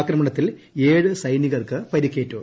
ആക്രമണത്തിൽ ഏഴ് സൈനികർക്ക് പരിക്കേറ്റു